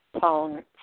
phone